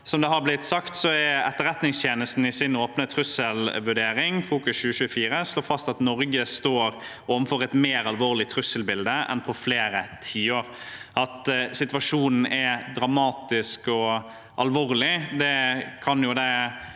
Etterretningstjenesten i sin åpne trusselvurdering Fokus 2024 slått fast at Norge står overfor et mer alvorlig trusselbilde enn på flere tiår. Men selv om situasjonen er dramatisk og alvorlig, kan den